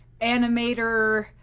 animator